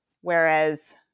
whereas